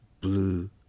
blue